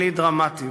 בלי דרמטיות".